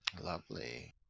Lovely